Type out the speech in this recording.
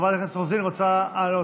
חברת הכנסת רוזין, רוצה?